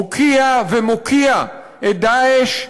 הוקיע ומוקיע את "דאעש"